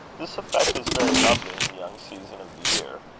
this effect is very lovely in the young season of the year,